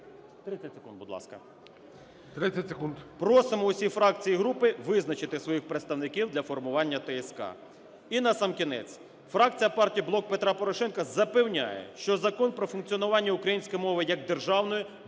Просимо усі фракції і групи визначити своїх представників для формування ТСК. І насамкінець, фракція партії "Блок Петра Порошенка" запевняє, що Закон про функціонування української мови як державної